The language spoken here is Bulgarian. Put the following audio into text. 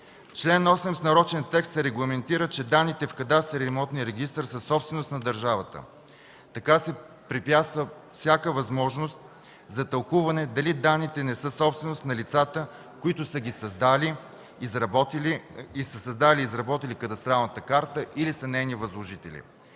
чл. 8 в нарочен текст се регламентира, че данните в кадастъра и имотния регистър са собственост на държавата. Така се препятства всяка възможност за тълкуване дали данните не са собственост на лицата, които са създали и изработили кадастралната карта или са нейни възложители.